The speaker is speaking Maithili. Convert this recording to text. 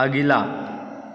अगिला